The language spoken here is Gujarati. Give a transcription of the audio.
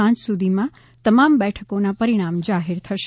સાંજ સુધીમાં તમામ બેઠકોના પરિણામ જાહેર થશે